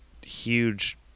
huge